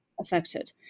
affected